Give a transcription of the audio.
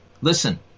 Listen